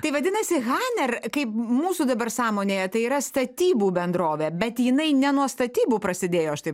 tai vadinasi haner kaip mūsų dabar sąmonėje tai yra statybų bendrovė bet jinai ne nuo statybų prasidėjo aš taip